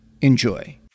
Enjoy